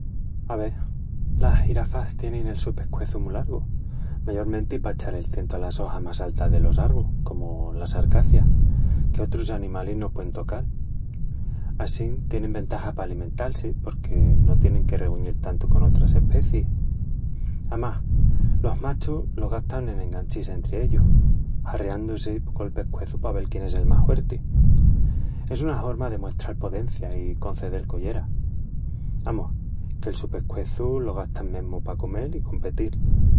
Ave... las girafas tienin el su pescueçu mu largu, mayormenti pa echal el tientu alas ojas más altas delos arvus, comu las arcacias, que otrus animalis no puein tocal. Assin tienin ventaja pa alimental-si, porque no tienin que reguñil tantu con otras especiis. Amás, los machus lo gastan en enganchis entri ellus, harreandu-si col pescueçu pa vel quién es el más huerti. Es una horma de muestral podencia i concedel collera. Amus... que'l su pescueçu lo gastan mesmu pa comel i competil.